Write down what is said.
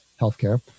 healthcare